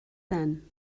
then